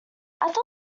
thought